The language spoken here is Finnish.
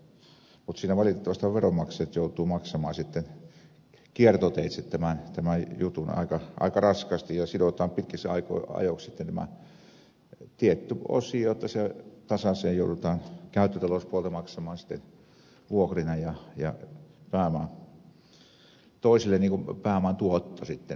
mutta siinä valitettavasti vaan veronmaksajat joutuvat maksamaan sitten kiertoteitse tämän jutun aika raskaasti ja sidotaan pitkiksi ajoiksi sitten tämä tietty osio että se tasaiseen joudutaan käyttötalouspuolelta maksamaan vuokrina ja toisille pääoman tuotto hyvänä